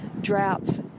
droughts